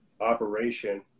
operation